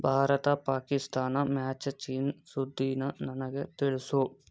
ಭಾರತ ಪಾಕಿಸ್ತಾನ ಮ್ಯಾಚಿನ್ ಸುದ್ದೀನ ನನಗೆ ತಿಳಿಸು